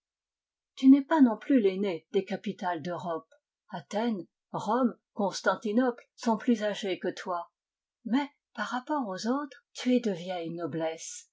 tu n'es pas non plus l'aînée des capitales d'europe athènes rome constantinople sont plus âgées que toi mais par rapport aux autres tu es de vieille noblesse